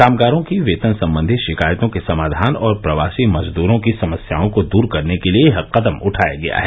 कामगारों की वेतन संबंधी शिकायतों के समाधान और प्रवासी मजदूरों की समस्याओं को दूर करने के लिए यह कदम उठाया गया है